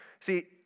See